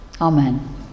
Amen